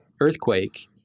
earthquake